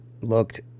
looked